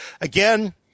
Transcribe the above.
Again